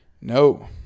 No